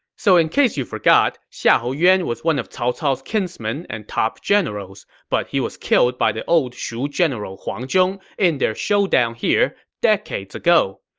so in case you forgot, xiahou yuan was one of cao cao's kinsmen and top generals, but he was killed by the old shu general huang zhong in their showdown here decades ago.